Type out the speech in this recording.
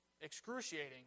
excruciating